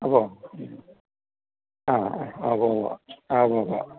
അപ്പോള് ഉം ആ ഊവ്വുവ്വുവ്വ് ആ ഊവ്വുവ്വുവ്വ്